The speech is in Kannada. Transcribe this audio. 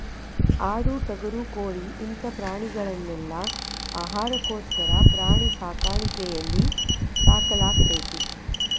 ಆಡು ಟಗರು ಕೋಳಿ ಇಂತ ಪ್ರಾಣಿಗಳನೆಲ್ಲ ಆಹಾರಕ್ಕೋಸ್ಕರ ಪ್ರಾಣಿ ಸಾಕಾಣಿಕೆಯಲ್ಲಿ ಸಾಕಲಾಗ್ತೇತಿ